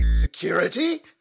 Security